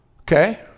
Okay